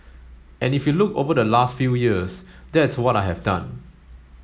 and if you look over the last few years that's what I have done